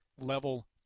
level